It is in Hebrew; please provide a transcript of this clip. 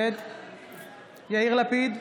נגד יאיר לפיד,